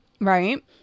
right